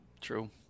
true